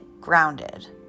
grounded